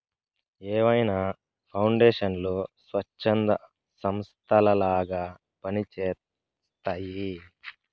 ఏవైనా పౌండేషన్లు స్వచ్ఛంద సంస్థలలాగా పని చేస్తయ్యి